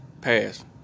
pass